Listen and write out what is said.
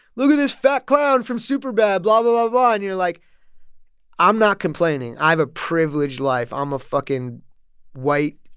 look at this fat clown from superbad, blah, blah, blah. and you're like i'm not complaining. i have a privileged life. i'm um a fucking white,